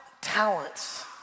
talents